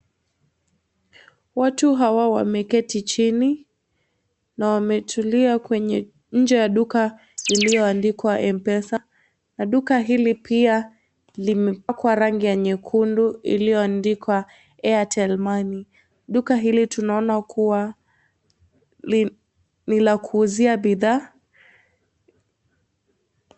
Watu hawa wameketi chini na wametulia kwenye nje ya duka iliyoandikwa "Mpesa" na duka hili pia limepakwa rangi ya nyekundu iliyoandika " Airtel Money". Duka hili tunaona kuwa ni la kuuzia bidhaa.